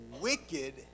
wicked